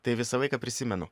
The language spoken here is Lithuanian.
tai visą laiką prisimenu